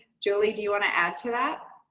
do like do you want to add to that?